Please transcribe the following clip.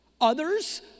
Others